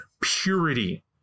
purity